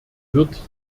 wird